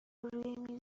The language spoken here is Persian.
روی